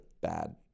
bad